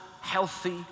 healthy